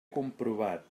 comprovat